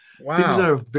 Wow